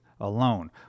alone